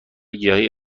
گیاهی